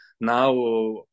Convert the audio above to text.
Now